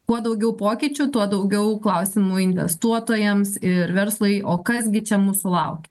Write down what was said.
kuo daugiau pokyčių tuo daugiau klausimų investuotojams ir verslui o kas gi čia mūsų lauk